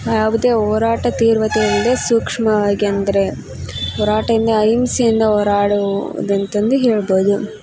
ಯಾವುದೇ ಹೋರಾಟ ತೀರ್ವತೆ ಇಲ್ಲದೆ ಸೂಕ್ಷ್ಮವಾಗಿ ಅಂದರೆ ಹೋರಾಟದಿಂದ ಅಹಿಂಸೆಯಿಂದ ಹೋರಾಡುವು ಅಂಥದ್ದು ಹೇಳ್ಬೋದು